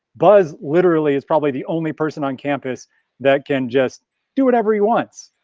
but literally is probably the only person on campus that can just do whatever he wants.